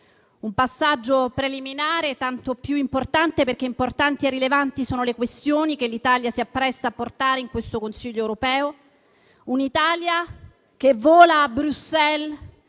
un passaggio preliminare tanto più importante, perché importanti e rilevanti sono le questioni che l'Italia si appresta a portare in questo Consiglio europeo. È un'Italia che vola a Bruxelles,